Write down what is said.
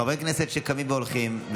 חברי כנסת שקמים והולכים,